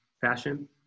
fashion